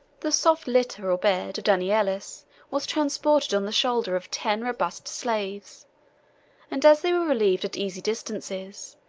the soft litter or bed of danielis was transported on the shoulders of ten robust slaves and as they were relieved at easy distances,